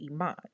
Iman